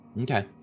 Okay